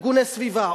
ארגוני סביבה,